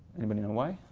anybody know why?